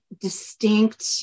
distinct